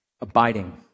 abiding